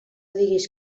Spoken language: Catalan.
digues